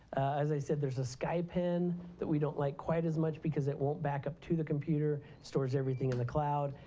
as i said, there's a sky pen that we don't like quite as much, because it won't backup to the computer. it stores everything in the cloud,